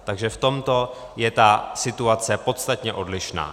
Takže v tomto je ta situace podstatně odlišná.